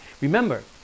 Remember